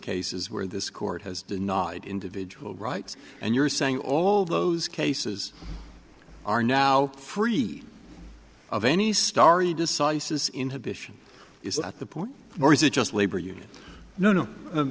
cases where this court has denied individual rights and you're saying all those cases are now free of any starry decisis inhibition is that the point or is it just labor union no no